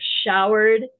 showered